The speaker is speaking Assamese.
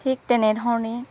ঠিক তেনে ধৰণেই